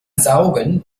saugen